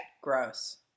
Gross